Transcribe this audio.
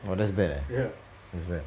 !wah! that's bad eh that's bad